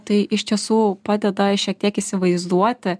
tai iš tiesų padeda šiek tiek įsivaizduoti